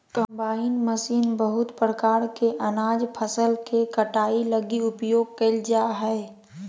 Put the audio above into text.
combine machine बहुत प्रकार के अनाज फसल के कटाई लगी उपयोग कयल जा हइ